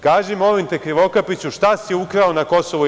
Kaži molim te Krivokapiću, šta si ukrao na KiM?